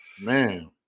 man